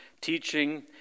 teaching